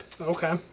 Okay